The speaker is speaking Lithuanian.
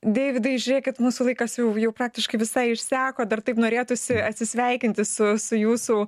deividai žiūrėkit mūsų laikas jau jau praktiškai visai išseko dar taip norėtųsi atsisveikinti su su jūsų